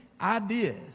ideas